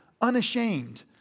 unashamed